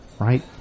Right